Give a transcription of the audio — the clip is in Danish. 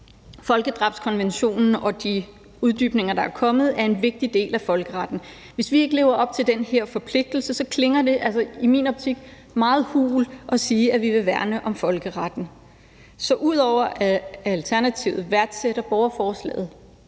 Folkedrabskonventionen og de uddybninger, der er kommet, er en vigtig del af folkeretten. Hvis vi ikke lever op til den her forpligtelse, klinger det altså i min optik meget hult at sige, at vi vil værne om folkeretten. Så ud over at Alternativet værdsætter borgerforslaget,